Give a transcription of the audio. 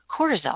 cortisol